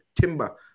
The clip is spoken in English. Timber